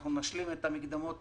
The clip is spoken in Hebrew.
אנחנו נשלים את המקדמות